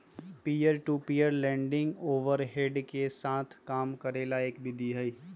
peer to peer lending overhead के साथ काम करे के एक विधि हई